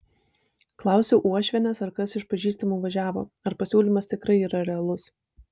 klausiu uošvienės ar kas iš pažįstamų važiavo ar pasiūlymas tikrai yra realus